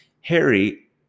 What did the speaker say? harry